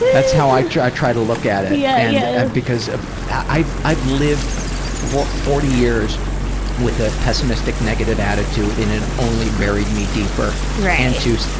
that's how i try try to look at it. yeah i've i've lived forty forty years with a pessimistic, negative attitude and it only buried me deeper. right. and to.